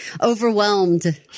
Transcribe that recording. overwhelmed